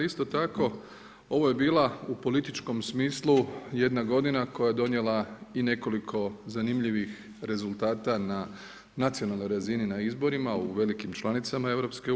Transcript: Ali isto tako ovo je bila u političkom smislu jedna godina koja je donijela i nekoliko zanimljivih rezultata na nacionalnoj razini na izborima u velikim članicama EU.